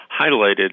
highlighted